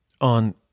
on